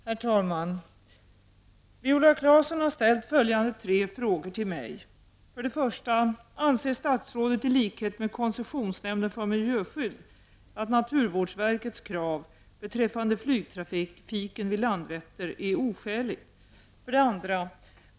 Herr talman! Viola Claesson har ställt följande tre frågor till mig: 1. Anser statsrådet i likhet med koncessionsnämnden för miljöskydd att naturvårdsverkets krav beträffande flygtrafiken vid Landvetter är oskäligt? 2.